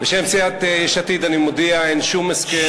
בשם סיעת יש עתיד אני מודיע: אין שום הסכם,